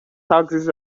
taxes